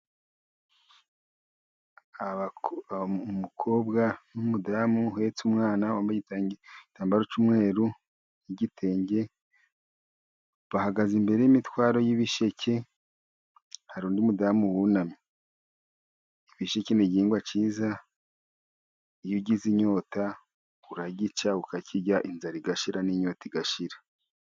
Umukobwa n'umudamu uhetse umwana , wambaye igitambaro cy'umweru n'igitenge , bahagaze imbere y'imitwaro y'ibisheke hari undi mudamu wunamye, ibisheke n'igihingwa cyiza iyo ugize inyota uragica, ukakirya inzara igashira n'inyota igashira.